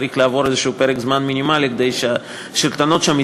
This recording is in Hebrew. צריך לעבור פרק זמן מינימלי כדי שהשלטונות שם